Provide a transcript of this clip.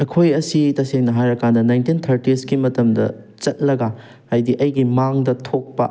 ꯑꯩꯈꯣꯏ ꯑꯁꯤ ꯇꯁꯦꯡꯅ ꯍꯥꯏꯔꯀꯥꯟꯗ ꯅꯥꯏꯟꯇꯤꯟ ꯊꯥꯔꯇꯤꯁꯀꯤ ꯃꯇꯝꯗ ꯆꯠꯂꯒ ꯍꯥꯏꯗꯤ ꯑꯩꯒꯤ ꯃꯥꯡꯗ ꯊꯣꯛꯄ